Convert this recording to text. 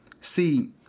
see